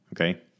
okay